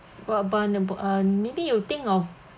what about a book uh maybe you think of